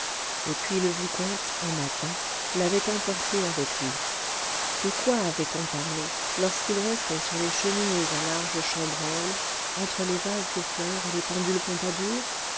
et puis le vicomte un matin l'avait emporté avec lui de quoi avait-on parlé lorsqu'il restait sur les cheminées à large chambranle entre les vases de fleurs et les pendules pompadour